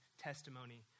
testimony